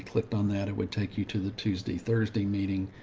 clicked on that, it would take you to the tuesday thursday meeting.